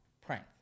Prank